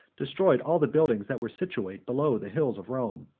destroyed all the buildings that were situated below the hills of rome.